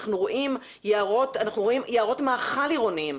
אנחנו רואים יערות עירוניים,